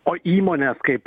o įmonės kaip